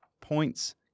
points